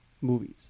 movies